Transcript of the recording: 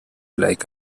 like